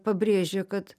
pabrėžė kad